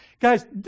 Guys